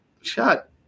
shut